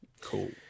Cool